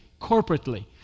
corporately